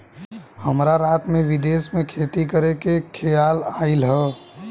हमरा रात में विदेश में खेती करे के खेआल आइल ह